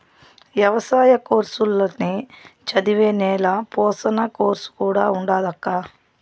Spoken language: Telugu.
ఎవసాయ కోర్సుల్ల నే చదివే నేల పోషణ కోర్సు కూడా ఉండాదక్కా